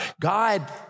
God